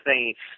Saints